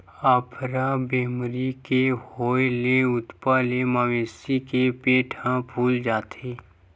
अफरा बेमारी के होए ले उदूप ले मवेशी के पेट ह फूल जाथे